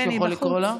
מישהו יכול לקרוא לה?